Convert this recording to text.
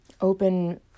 open